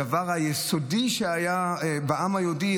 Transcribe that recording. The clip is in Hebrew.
בדבר היסודי שהיה בעם היהודי.